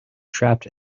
trapped